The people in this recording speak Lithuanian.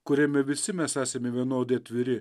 kuriame visi mes esame vienodai atviri